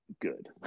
good